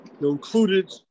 included